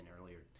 earlier